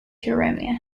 jeremiah